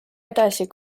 edasi